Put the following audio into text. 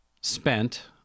spent